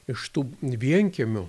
iš tų vienkiemių